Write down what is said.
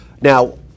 Now